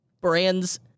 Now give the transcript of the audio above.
brands